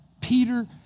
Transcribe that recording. Peter